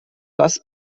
das